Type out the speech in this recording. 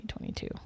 2022